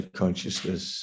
consciousness